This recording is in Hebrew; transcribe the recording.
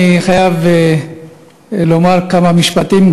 אני חייב לומר כמה משפטים,